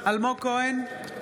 אלמוג כהן,